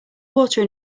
water